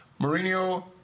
Mourinho